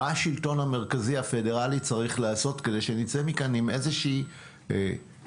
מה השלטון המרכזי הפדרלי צריך לעשות כדי שנצא מכאן עם איזושהי תוכנית,